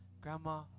Grandma